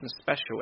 special